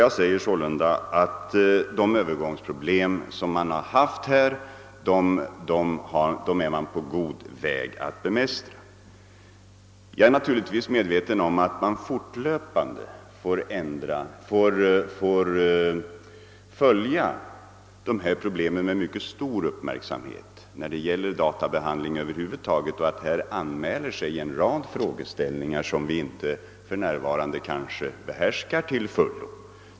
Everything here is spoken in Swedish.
Jag säger sålunda att de övergångsproblem som man haft är man på god väg att bemästra. Naturligtvis är jag medveten om att vi fortlöpande måste följa dessa problem när det gäller databehandling över huvud taget och att här anmäler sig en rad frågeställningar som vi för närvarande kanske inte behärskar till fullo.